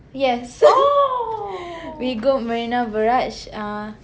yes we go Marina Barrage uh